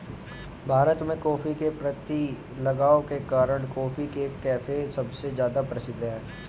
भारत में, कॉफ़ी के प्रति लगाव के कारण, कॉफी के कैफ़े सबसे ज्यादा प्रसिद्ध है